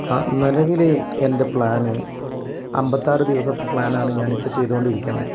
ആ നിലവിൽ എൻ്റെ പ്ലാന് അമ്പത്താറ് ദിവസത്തെ പ്ലാനാണ് ഞാൻ ഇപ്പം ചെയ്ത് കൊണ്ടിരിക്കുന്നത്